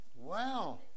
Wow